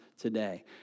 today